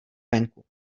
venku